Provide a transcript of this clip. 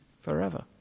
forever